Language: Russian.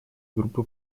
группы